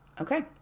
Okay